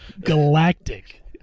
Galactic